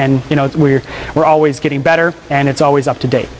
and you know we're we're always getting better and it's always up to date